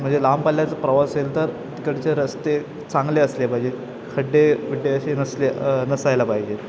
म्हणजे लांब पल्ल्याचा प्रवास असेल तर तिकडचे रस्ते चांगले असले पाहिजेत खड्डे वड्डे अशे नसले नसायला पाहिजेत